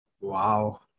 Wow